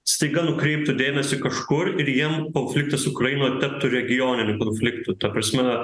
staiga nukreiptų dėmesį kažkur ir jiem konfliktas ukrainoj taptų regioniniu konfliktu ta prasme